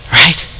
right